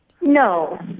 No